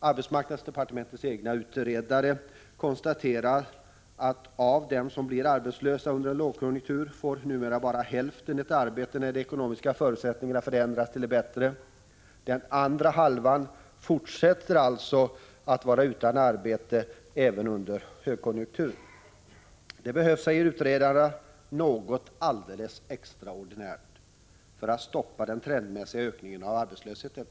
Arbetsmarknadsdepartementets egna utredare konstaterar att det numera är så, att endast hälften av dem som blir arbetslösa under en lågkonjunktur får ett arbete när de ekonomiska förutsättningarna förändras till det bättre. Övriga förblir alltså utan arbete även under högkonjunktur. Det behövs, säger utredarna, ”något alldeles extraordinärt” för att stoppa den trendmässiga ökningen av arbetslösheten.